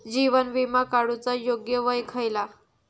जीवन विमा काडूचा योग्य वय खयला?